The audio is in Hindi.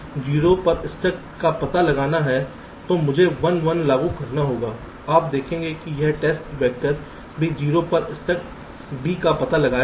तो अगर 0 पर स्टक का पता लगाना है तो मुझे 1 1 लागू करना होगा आप देखेंगे कि यह टेस्ट वेक्टर भी 0 पर स्टक B का पता लगाएगा